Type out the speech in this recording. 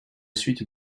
suite